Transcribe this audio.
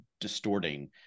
distorting